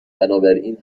بنابراین